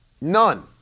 None